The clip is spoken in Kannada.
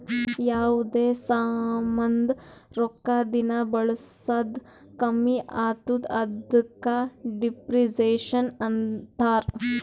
ಯಾವ್ದು ಸಾಮಾಂದ್ ರೊಕ್ಕಾ ದಿನಾ ಬಳುಸ್ದಂಗ್ ಕಮ್ಮಿ ಆತ್ತುದ ಅದುಕ ಡಿಪ್ರಿಸಿಯೇಷನ್ ಅಂತಾರ್